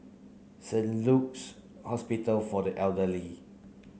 Saint Luke's Hospital for the Elderly